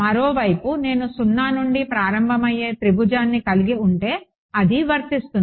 మరోవైపు నేను సున్నా నుండి ప్రారంభమయ్యే త్రిభుజాన్ని కలిగి ఉంటే అది వర్తిస్తుంది